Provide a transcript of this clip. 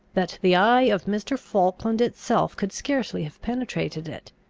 that the eye of mr. falkland itself could scarcely have penetrated it.